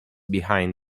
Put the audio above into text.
behind